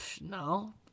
no